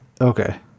Okay